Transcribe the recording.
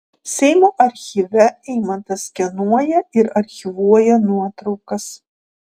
seimo archyve eimantas skenuoja ir archyvuoja nuotraukas